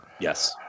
Yes